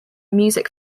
music